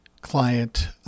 client